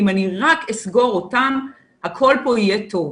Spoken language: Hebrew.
אם אני רק אסגור אותם הכול פה יהיה טוב.